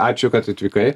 ačiū kad atvykai